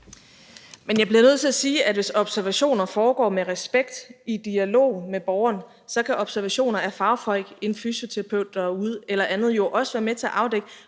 Men jeg bliver nødt til at sige, at hvis observationer foregår med respekt og i dialog med borgeren, så kan observationer af fagfolk – en fysioterapeut, der er ude, eller andet – jo også være med til at afdække,